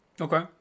Okay